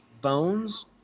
bones